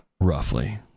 Roughly